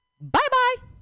Bye-bye